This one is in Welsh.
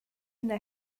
yna